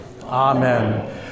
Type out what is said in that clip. amen